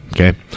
okay